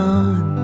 on